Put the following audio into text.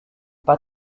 pas